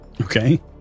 Okay